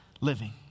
living